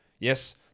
Yes